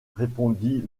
répondit